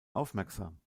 aufmerksam